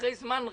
אחרי זמן רב,